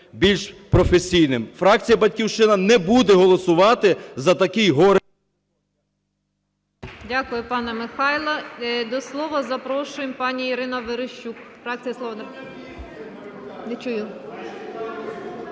більш професійним. Фракція "Батьківщина" не буде голосувати за такий горе…